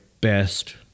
best